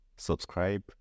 Subscribe